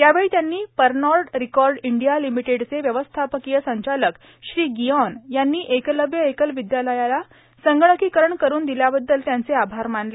यावेळी त्यांनी Pernod Ricard India लिमिटेडचे व्यवस्थापकीय संचालक श्री गिऑन यांनी एकलव्य एकल विद्यालयाला संगणकीकरण करून दिल्याबद्दल त्यांचे आभार मानले